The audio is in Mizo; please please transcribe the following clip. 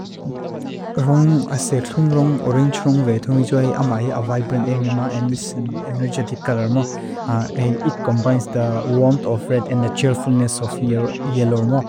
Rung ase khlum rung, orange rung ve, thongi tsoi ama hi a vibrant emema and it's an energetic colour mo. It combines the warmth of red and the cheerfulness of yellow mo.